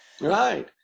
Right